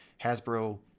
Hasbro